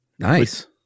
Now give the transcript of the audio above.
Nice